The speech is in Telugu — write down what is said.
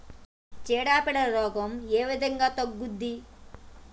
చీడ పీడల రోగం ఏ విధంగా తగ్గుద్ది?